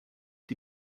die